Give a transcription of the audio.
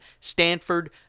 Stanford